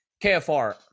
KFR